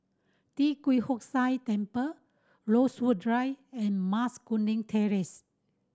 Tee Kwee Hood Sia Temple Rosewood Drive and Mas Kuning Terrace